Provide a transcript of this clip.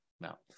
now